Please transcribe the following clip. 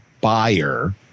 buyer